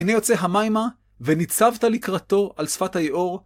הנה יוצא המיימה, וניצבת לקראתו על שפת היעור.